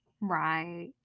Right